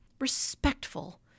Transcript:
respectful